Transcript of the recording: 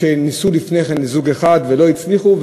הם ניסו לפני כן לפגוע בזוג אחד ולא הצליחו,